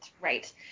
Right